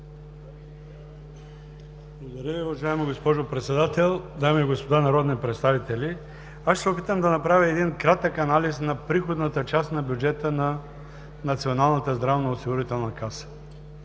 Благодаря Ви, уважаема госпожо Председател. Дами и господа народни представители! Ще се опитам да направя кратък анализ на приходната част на бюджета на Националната здравноосигурителна каса.